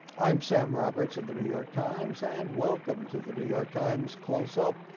um sam roberts of the new york times. and welcome to the new york times close up.